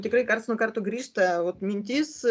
tikrai karts nuo karto grįžta vat mintis